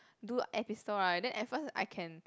do air pistol right then at first I can